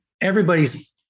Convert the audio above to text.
everybody's